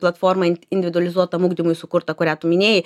platformą individualizuotam ugdymui sukurta kurią tu minėjai